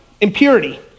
impurity